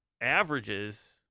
averages –